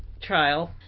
trial